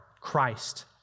Christ